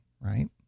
right